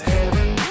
Heaven